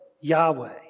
Yahweh